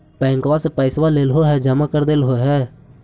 बैंकवा से पैसवा लेलहो है जमा कर देलहो हे?